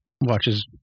watches